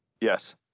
Yes